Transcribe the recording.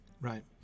right